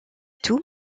tout